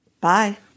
Bye